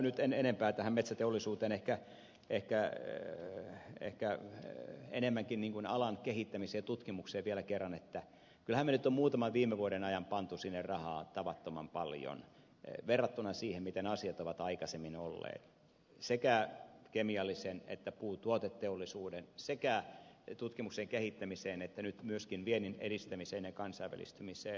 nyt en enempää puutu tähän metsäteollisuuteen ehkä totean enemmänkin alan kehittämisestä ja tutkimuksesta vielä kerran että kyllähän me nyt olemme muutaman viime vuoden ajan panneet sinne rahaa tavattoman paljon verrattuna siihen miten asiat ovat aikaisemmin olleet sekä kemiallisen ja puutuoteteollisuuden tutkimuksen kehittämiseen että nyt myöskin viennin edistämiseen ja kansainvälistymiseen